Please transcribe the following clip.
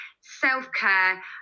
self-care